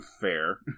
Fair